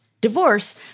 divorce